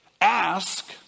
Ask